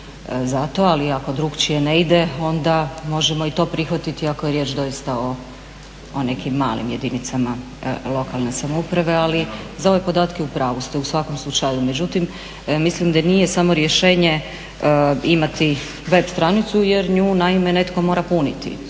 ali ako drukčije ne ide onda možemo i to prihvatiti ako je riječ doista o nekim malim jedinicama lokalne samouprave ali za ove podatke u pravu ste u svakom slučaju. Međutim, mislim da nije samo rješenje imati web stranicu jer nju naime netko mora puniti.